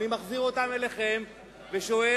אני מחזיר אותן אליכם ושואל: